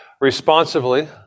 responsively